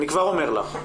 אני כבר אומר לך.